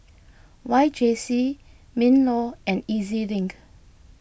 Y J C MinLaw and E Z Link